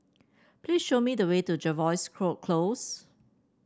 please show me the way to Jervois Close